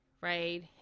right